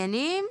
עניינים,